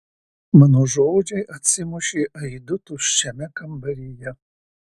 mano žodžiai atsimušė aidu tuščiame kambaryje